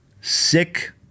sick